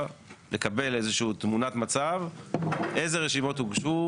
לקבל איזה שהיא תמונת מצב איזה רשימות הוגשו,